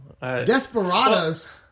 Desperados